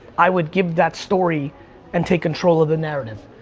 i'd give that story and take control of the narrative,